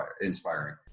inspiring